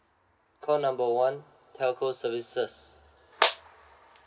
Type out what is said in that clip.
call number one telco services